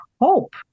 hope